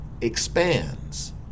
expands